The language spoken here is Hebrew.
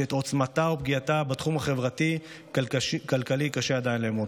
את עוצמתה ופגיעתה בתחום החברתי והכלכלי קשה עדיין לאמוד,